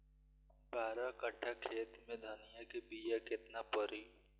बारह कट्ठाखेत में धनिया के बीया केतना परी?